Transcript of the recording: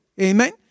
Amen